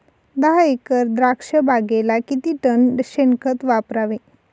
दहा एकर द्राक्षबागेला किती टन शेणखत वापरावे?